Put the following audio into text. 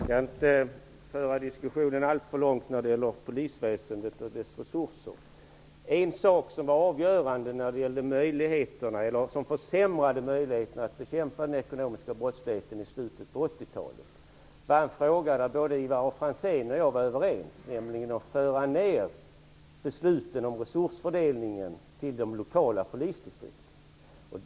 Herr talman! Jag skall inte föra diskussionen alltför långt när det gäller polisväsendet och dess resurser. Det som försämrade möjligheterna att bekämpa den ekonomiska brottsligheten i slutet av 80-talet var en fråga som både Ivar Franzén och jag var överens om, nämligen att föra ner besluten om resursfördelningen till de lokala polisdistrikten.